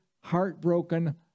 heartbroken